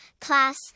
class